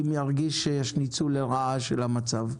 אם ירגיש שיש ניצול לרעה של המצב.